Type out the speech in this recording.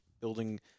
building